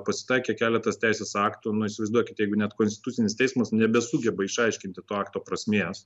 pasitaikė keletas teisės aktų nu įsivaizduokit jeigu net konstitucinis teismas nebesugeba išaiškinti to akto prasmės